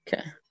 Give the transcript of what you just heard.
Okay